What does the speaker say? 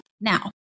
Now